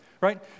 right